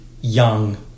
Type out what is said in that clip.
young